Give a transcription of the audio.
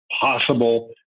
possible